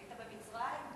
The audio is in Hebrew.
היית במצרים?